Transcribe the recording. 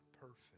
perfect